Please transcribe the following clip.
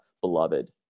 beloved